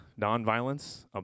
nonviolence